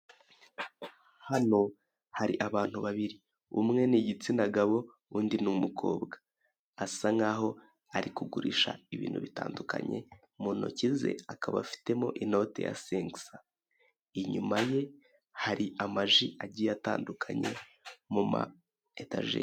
Hano hari abantu babiri umwe ni igitsina gabo undi ni umukobwa. Asa nkaho ari kugurisha ibintu itandukanye, mu ntoki ze akaba afitemo inoti ya senkisa, inyuma ye hari amaji agiye atandukanye, mu muma etajeri.